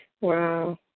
Wow